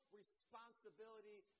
responsibility